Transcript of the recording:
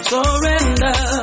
Surrender